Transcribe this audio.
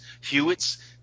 Hewitt's